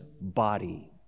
body